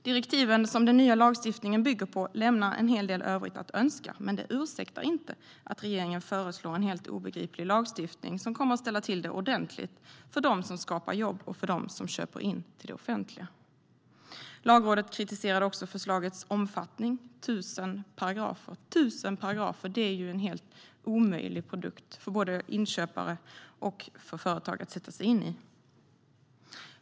De direktiv som den nya lagstiftningen bygger på lämnar en hel del övrigt att önska. Men det ursäktar inte att regeringen föreslår en helt obegriplig lagstiftning som kommer att ställa till det ordentligt för dem som skapar jobb och för dem som köper in till det offentliga. Lagrådet kritiserade också förslagets omfattning - 1 000 paragrafer! Det är en helt omöjlig produkt för både inköpare och företag att sätta sig in i.